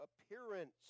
appearance